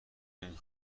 این